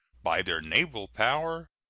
by their naval power,